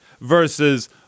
versus